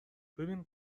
ببین